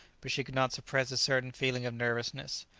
but she could not suppress a certain feeling of nervousness.